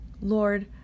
Lord